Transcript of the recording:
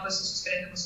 tuos visus sprendimus